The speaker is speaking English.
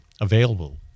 available